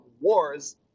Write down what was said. wars